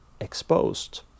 exposed